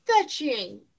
fetching